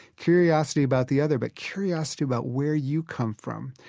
curiosity about the other, but curiosity about where you come from,